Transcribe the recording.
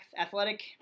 athletic